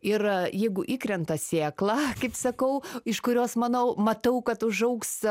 ir jeigu įkrenta sėkla kaip sakau iš kurios manau matau kad užaugs